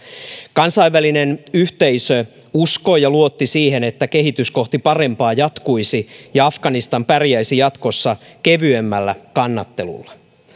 kansainvälinen yhteisö uskoi ja luotti siihen että kehitys kohti parempaa jatkuisi ja afganistan pärjäisi jatkossa kevyemmällä kannattelulla